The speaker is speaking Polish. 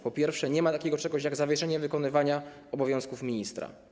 Po pierwsze, nie ma czegoś takiego jak zawieszenie wykonywania obowiązków ministra.